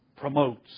promotes